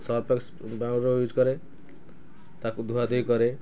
Surf Excel powder use କରେ ତାକୁ ଧୁଆଧୁଇ କରେ